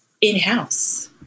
in-house